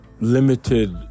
limited